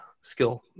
skill